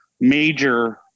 major